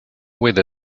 with